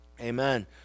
Amen